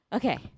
Okay